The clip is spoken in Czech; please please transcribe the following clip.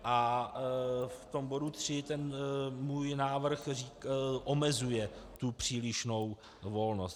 A v bodu 3 ten můj návrh omezuje tu přílišnou volnost.